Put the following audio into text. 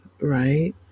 right